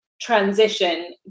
transition